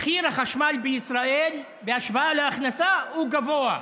מחיר החשמל בישראל בהשוואה להכנסה הוא גבוה,